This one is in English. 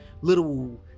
little